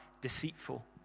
deceitful